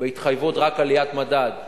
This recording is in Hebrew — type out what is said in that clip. בהתחייבות רק לעליית מדד,